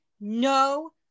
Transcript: no